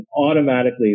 automatically